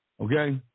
Okay